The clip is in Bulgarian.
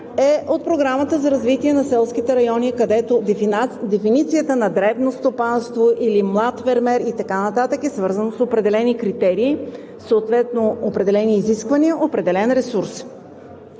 е от Програмата за развитие на селските райони, където дефиницията на „дребно стопанство“ или „млад фермер“ и така нататък е свързано с определени критерии, съответно определени изисквания, определен ресурс.